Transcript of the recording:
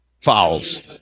fouls